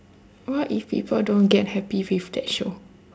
what if people don't get happy with that show